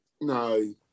No